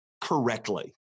correctly